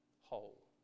whole